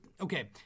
Okay